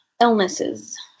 illnesses